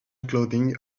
clothing